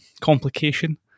complication